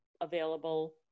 available